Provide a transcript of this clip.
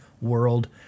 world